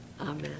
Amen